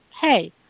hey